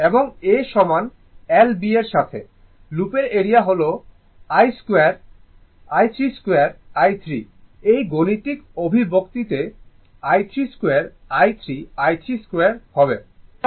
এবং A সমান l b এর সাথে লুপের এরিয়া হল 2i 3 2i 3 এই গাণিতিক অভিব্যক্তিতে i 3 2i 3 i 3 2 হবে